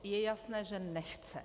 Je jasné, že nechce.